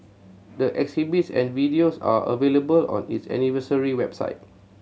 the exhibits and videos are available on its anniversary website